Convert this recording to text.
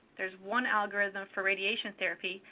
there's one algorithm for radiation therapy.